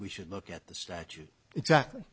we should look at the statute exactly